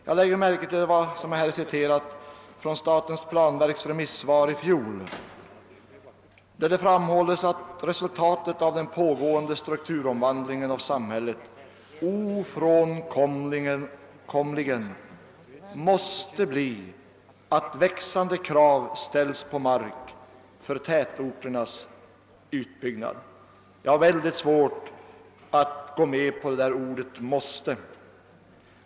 Jag lägger märke till vad utskottet citerar från statens planverks remissvar i fjol, vari det framhölls att »resultatet av den pågående strukturomvandlingen av samhället ofrånkomligen måste bli att växande krav ställs på mark för tätorternas utbyggnad». Jag har mycket svårt att gå med på detta ord »måste».